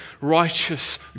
righteous